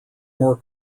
more